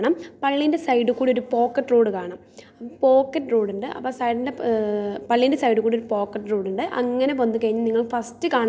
കുറേ വിവരങ്ങളും തരുന്നതാണ് പിന്നെ നമ്മൾ ഇതുപോലെ എല്ലാ ചാനലുകളും കണ്ടതാണ് പിന്നെ മലയാളത്തിൽ ഞാൻ മറ്റ് പാട്ടുണ്ടാക്കുന്ന ചാനലുകൾ കാണാറുണ്ട്